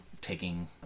taking